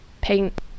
paint